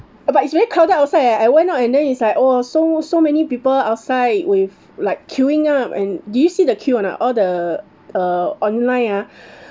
uh but it's very crowded outside leh I went out and then it's like oh so so many people outside with like queuing up and do you see the queue or not all the uh online ah